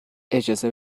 اجازه